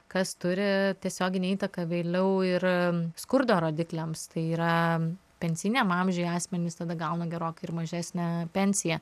kas turi tiesioginę įtaką vėliau ir skurdo rodikliams tai yra pensiniam amžiui asmenys tada gauna gerokai ir mažesnę pensiją